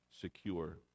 secure